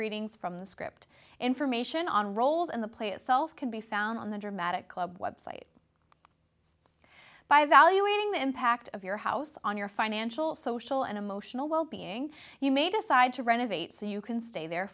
readings from the script information on roles in the play itself can be found on the dramatic club website by the ewing the impact of your house on your financial social and emotional well being you may decide to renovate so you can stay there